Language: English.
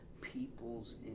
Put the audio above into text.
people's